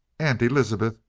aunt elizabeth?